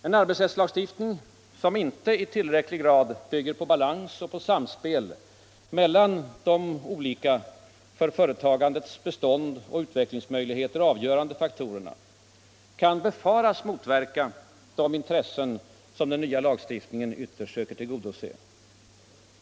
En arbetsrättslagstiftning som inte i tillräcklig grad bygger på balans och samspel mellan de olika för företagandets bestånd och utvecklingsmöjligheter avgörande faktorerna kan befaras motverka de intressen som den nya lagstiftningen ytterst söker tillgodose.